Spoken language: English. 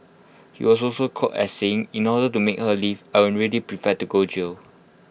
he was also quoted as saying in order to make her leave I am already prepared to go jail